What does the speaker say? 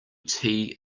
tea